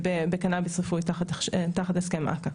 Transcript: בקנאביס רפואי תחת הסכם אכ"א.